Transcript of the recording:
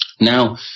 Now